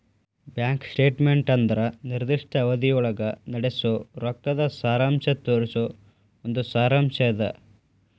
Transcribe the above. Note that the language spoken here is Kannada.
ಬ್ಯಾಂಕ್ ಸ್ಟೇಟ್ಮೆಂಟ್ ಅಂದ್ರ ನಿರ್ದಿಷ್ಟ ಅವಧಿಯೊಳಗ ನಡಸೋ ರೊಕ್ಕದ್ ಸಾರಾಂಶ ತೋರಿಸೊ ಒಂದ್ ಸಾರಾಂಶ್ ಅದ